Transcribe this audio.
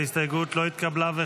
ההסתייגות לא התקבלה.